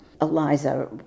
Eliza